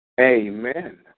Amen